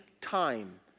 time